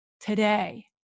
today